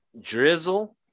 drizzle